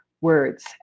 words